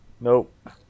Nope